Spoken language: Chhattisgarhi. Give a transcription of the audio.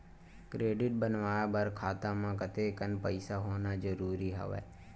क्रेडिट बनवाय बर खाता म कतेकन पईसा होना जरूरी हवय?